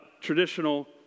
traditional